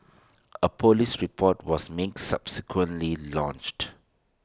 A Police report was mean subsequently lodged